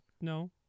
No